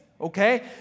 okay